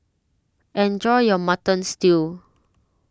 enjoy your Mutton Stew